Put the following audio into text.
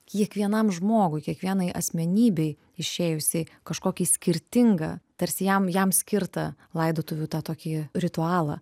kiekvienam žmogui kiekvienai asmenybei išėjusiai kažkokį skirtingą tarsi jam jam skirtą laidotuvių tą tokį ritualą